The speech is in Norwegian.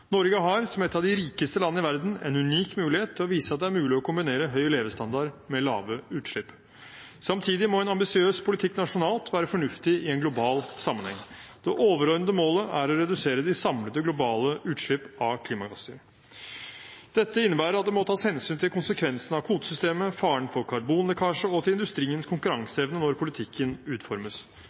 Norge har som et av de rikeste land i verden en unik mulighet til å vise at det er mulig å kombinere høy levestandard med lave utslipp. Samtidig må en ambisiøs politikk nasjonalt være fornuftig i en global sammenheng. Det overordnede målet er å redusere de samlede globale utslipp av klimagasser. Dette innebærer at det må tas hensyn til konsekvensene av kvotesystemet, faren for karbonlekkasje og til industriens konkurranseevne når politikken utformes.